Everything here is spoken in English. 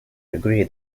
agree